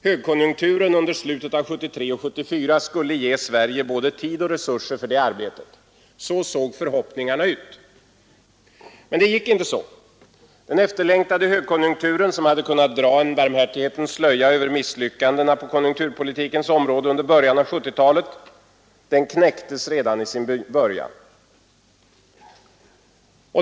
Högkonjunkturen under slutet av 1973 och under 1974 skulle ge Sverige både tid och resurser för det arbetet. — Så såg förhoppningarna ut. Men det gick inte så. Den efterlängtade högkonjunkturen, som hade kunnat dra en barmhärtighetens slöja över misslyckandena på konjunkturpolitikens område under början av 1970-talet, knäcktes redan i sin början.